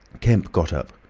kemp got up.